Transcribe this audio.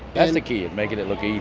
that's the key, and making it look easy,